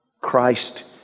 Christ